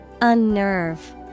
Unnerve